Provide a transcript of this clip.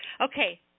okay